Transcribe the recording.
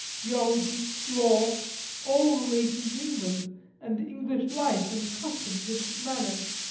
geology, law all relating to england and english life and customs and manners.